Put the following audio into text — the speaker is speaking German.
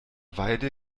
weide